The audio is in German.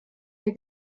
der